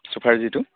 sofa যিটো